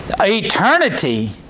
eternity